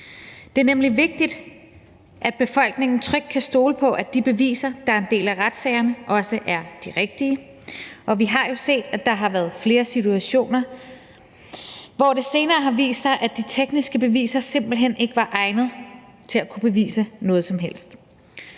Det er nemlig vigtigt, at befolkningen trygt kan stole på, at de beviser, der er en del af retssagerne, også er de rigtige, og vi har jo set, at der har været flere situationer, hvor det senere har vist sig, at de tekniske beviser simpelt hen ikke var egnede til at kunne bevise noget som helst.